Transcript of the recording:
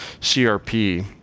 crp